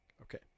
Okay